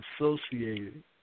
associated